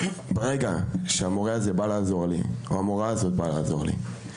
ברגע שהמורה הזה בא לעזור אלי או המורה הזאת באה לעזור לי,